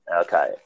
Okay